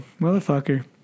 motherfucker